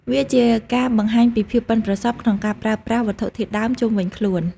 វាជាការបង្ហាញពីភាពប៉ិនប្រសប់ក្នុងការប្រើប្រាស់វត្ថុធាតុដើមជុំវិញខ្លួន។